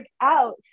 out